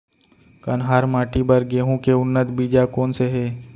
कन्हार माटी बर गेहूँ के उन्नत बीजा कोन से हे?